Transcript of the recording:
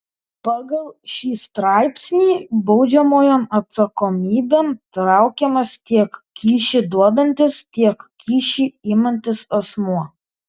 pagal šį straipsnį baudžiamojon atsakomybėn traukiamas tiek kyšį duodantis tiek kyšį imantis asmuo